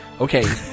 Okay